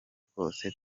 twose